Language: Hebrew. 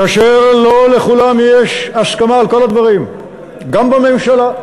כאשר לא לכולם יש הסכמה על כל הדברים, גם בממשלה.